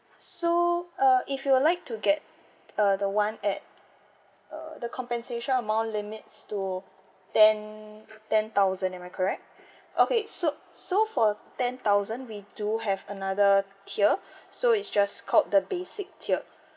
so uh if you would like to get uh the [one] at uh the compensation amount limits to ten ten thousand am I correct okay so so for ten thousand we do have another tier so it's just called the basic tier